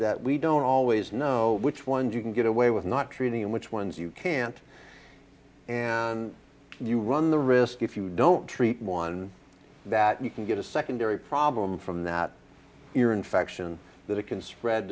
that we don't always know which ones you can get away with not treating and which ones you can't and you run the risk if you don't treat one that you can get a secondary problem from that your infection that it can spread